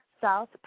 South